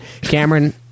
Cameron